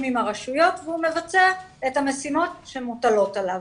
עם הרשויות ומבצע את המשימות שמוטלות עליו.